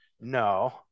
no